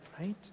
right